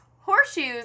horseshoes